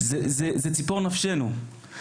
זה ציפור נפשנו.